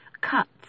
cuts